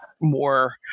more